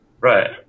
right